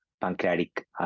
pancreatic